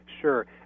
Sure